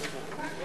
1 2 נתקבלו.